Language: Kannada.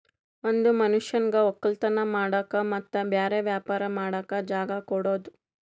ಒಂದ್ ಮನಷ್ಯಗ್ ವಕ್ಕಲತನ್ ಮಾಡಕ್ ಮತ್ತ್ ಬ್ಯಾರೆ ವ್ಯಾಪಾರ ಮಾಡಕ್ ಜಾಗ ಕೊಡದು